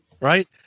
Right